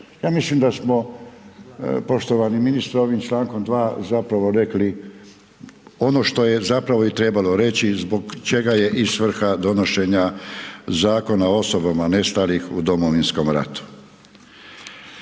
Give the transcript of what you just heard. Ja mislim da smo, poštovani ministre, ovim člankom 2. zapravo rekli, ono što je zapravo i trebalo reći, zbog čega je svrha donošenja zakona osobama nestalih u Domovinskom ratu.